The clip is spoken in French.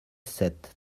sept